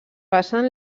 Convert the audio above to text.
passen